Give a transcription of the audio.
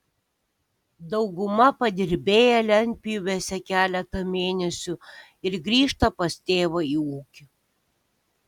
dauguma padirbėja lentpjūvėse keletą mėnesių ir grįžta pas tėvą į ūkį